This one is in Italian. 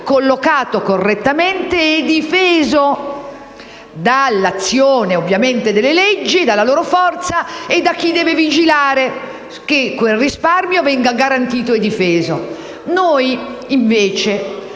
collocato correttamente e difeso dall'azione delle leggi, dalla loro forza e da chi deve vigilare che quel risparmio venga garantito e difeso. Noi, invece,